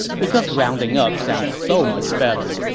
because rounding up sounds so much better.